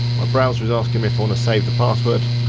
my browser's asking me if i wanna save the password,